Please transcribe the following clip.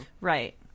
Right